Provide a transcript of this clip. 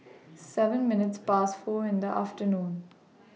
seven minutes Past four in The afternoon